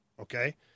Okay